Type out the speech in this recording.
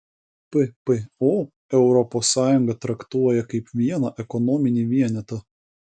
ppo europos sąjungą traktuoja kaip vieną ekonominį vienetą